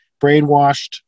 brainwashed